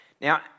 Now